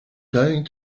going